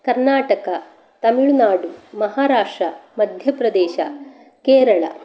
कर्णाटका तमिलुनाडु महाराष्ट्रा मध्यप्रदेशः केरला